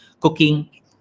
cooking